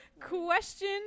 question